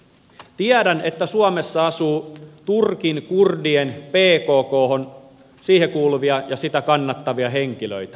tiedän että suomessa asuu turkin kurdien pkkhon kuuluvia ja sitä kannattavia henkilöitä